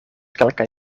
kelkaj